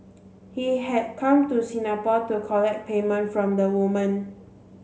he had come to Singapore to collect payment from the woman